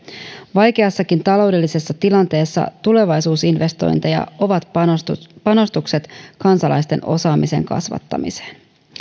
vaikeassakin taloudellisessa tilanteessa tulevaisuusinvestointeja ovat panostukset kansalaisten osaamisen kasvattamiseen